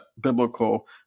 biblical